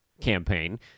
campaign